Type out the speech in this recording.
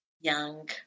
young